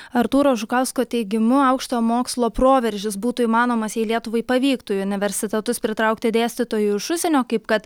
artūro žukausko teigimu aukštojo mokslo proveržis būtų įmanomas jei lietuvai pavyktų į universitetus pritraukti dėstytojų iš užsienio kaip kad